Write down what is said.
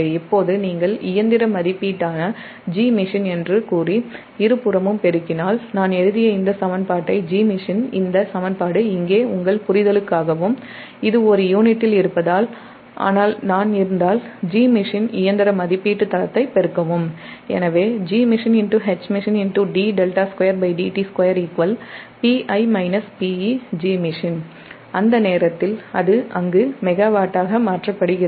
இப்போது நீங்கள் இயந்திர மதிப்பீட்டான Gmachine என்று கூறி இருபுறமும் பெருக்கினால் நான் எழுதிய இந்த சமன்பாட்டை Gmachine இந்த சமன்பாடுஇங்கே உங்கள் புரிதலுக்காகவும் இது ஒரு யூனிட்டில் இருப்பதால் ஆனால் நான் இருந்தால்Gmachine இயந்திர மதிப்பீட்டு தளத்தை பெருக்கவும் எனவே அந்த நேரத்தில் அது அங்குமெகாவாட்டாக மாற்றப்படுகிறது